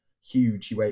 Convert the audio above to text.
huge